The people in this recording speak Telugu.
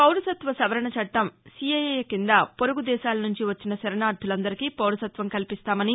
పౌరసత్వ సవరణ చట్టం సీఏఏ కింద పొరుగుదేశాల నుంచి వచ్చిన శరణార్దులందరికీ పౌరసత్వం కల్పిస్తామని